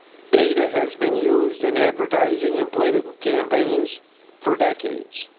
data has been used in advertising in political campaigns for decades.